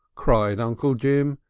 cried uncle jim,